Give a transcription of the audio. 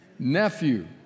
Nephew